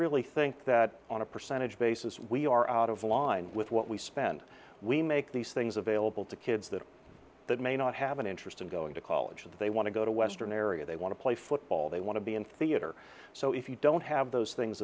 really think that on a percentage basis we are out of line with what we spend we make these things available to kids that that may not have an interest in going to college they want to go to western area they want to play football they want to be in theater so if you don't have those things